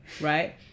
right